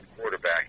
quarterback